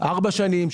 ארבע שנים,